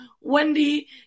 Wendy